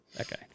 Okay